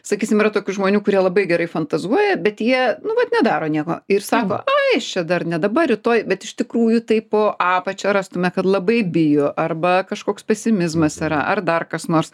sakysim yra tokių žmonių kurie labai gerai fantazuoja bet jie nu vat nedaro nieko ir sako ai aš čia dar ne dabar rytoj bet iš tikrųjų tai po apačia rastume kad labai bijo arba kažkoks pesimizmas yra ar dar kas nors